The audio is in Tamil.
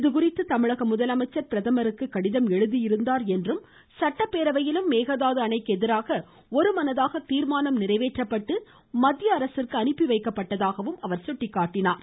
இதுகுறித்து தமிழக முதலமைச்சர் பிரதமருக்கு கடிதம் எழுதியிருந்தார் என்றும் சட்டப்பேரவையிலும் மேகதாது அணைக்கு எதிராக ஒருமனதாக தீர்மானம் நிறைவேற்றப்பட்டு மத்திய அரசிற்கு அனுப்பி வைக்கப்பட்டிருப்பதாகவும் அவர் சுட்டிக்காட்டினார்